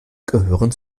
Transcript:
gehören